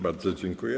Bardzo dziękuję.